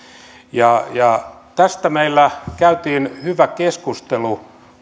tästä meillä käytiin hyvä keskustelu